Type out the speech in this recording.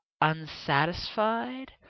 unsatisfied